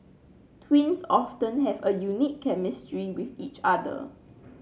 twins often have a unique chemistry with each other